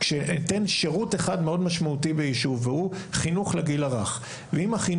איזה ישובים אלה, האם יכול